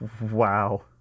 Wow